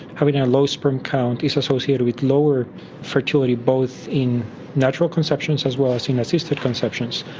having a low sperm count is associated with lower fertility, both in natural conceptions as well as in assisted conceptions.